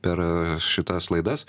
per šitas laidas